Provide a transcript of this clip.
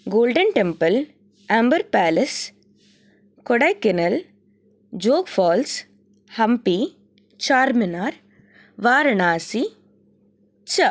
golden Temple Amber Palace Kodaikanal Jog Falls Hampi Charminar Varanasi च